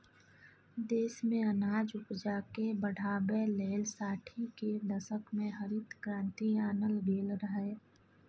देश मे अनाज उपजाकेँ बढ़ाबै लेल साठि केर दशक मे हरित क्रांति आनल गेल रहय